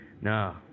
No